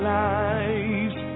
lives